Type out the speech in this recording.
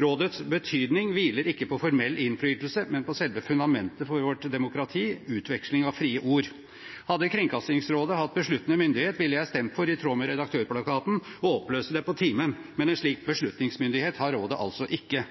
Rådets betydning hviler ikke på formell innflytelse, men på selve fundamentet for vårt demokrati – utveksling av frie ord. Hadde Kringkastingsrådet hatt besluttende myndighet, ville jeg stemt for – i tråd med Redaktørplakaten – å oppløse det på timen, men en slik beslutningsmyndighet har rådet altså ikke.